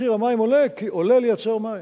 מחיר המים עולה כי עולה לייצר מים.